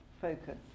focus